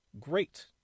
great